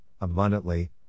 abundantly